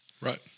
Right